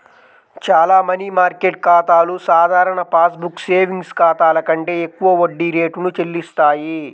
చాలా money market ఖాతాలు సాధారణ పాస్ బుక్ సేవింగ్స్ ఖాతాల కంటే ఎక్కువ వడ్డీ రేటును చెల్లిస్తాయి